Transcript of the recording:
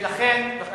אני מתנצל.